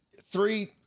three